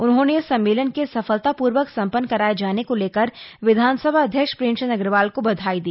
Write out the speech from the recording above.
उन्होंने सम्मेलन के सफलतापूर्वक संपन्न कराये जाने को लेकर विधानसभा अध्यक्ष प्रेमचंद अग्रवाल को बधाई दी